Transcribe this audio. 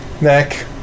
Neck